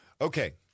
Okay